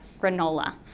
granola